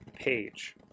page